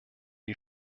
die